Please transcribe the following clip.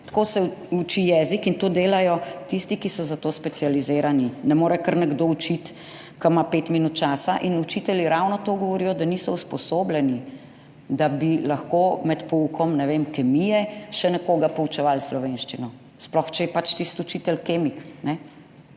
tako se uči jezik in to delajo tisti, ki so za to specializirani. Ne more učiti kar nekdo, ki ima pet minut časa. In učitelji ravno to govorijo – da niso usposobljeni, da bi lahko med poukom, ne vem, kemije še nekoga poučevali slovenščino. Sploh če je tisti učitelj kemik.